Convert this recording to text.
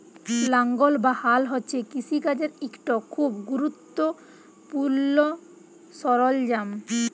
লাঙ্গল বা হাল হছে কিষিকাজের ইকট খুব গুরুত্তপুর্ল সরল্জাম